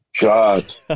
god